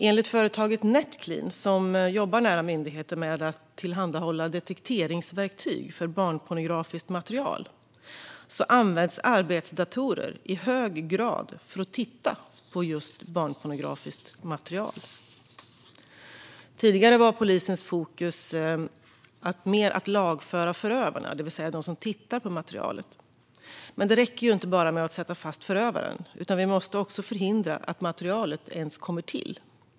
Enligt företaget Netclean, som jobbar nära myndigheter med att tillhandahålla detekteringsverktyg för barnpornografiskt material, används arbetsdatorer i hög grad för att titta på barnpornografiskt material. Tidigare var polisens fokus att lagföra förövarna, det vill säga de som tittar på materialet. Men det räcker inte bara med att sätta fast förövaren, utan vi måste också förhindra att materialet ens kommer till.